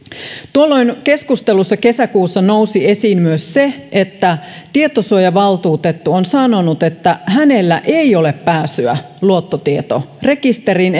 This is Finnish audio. keskustelussa kesäkuussa nousi esiin myös se että tietosuojavaltuutettu on sanonut että hänellä ei ole pääsyä luottotietorekisteriin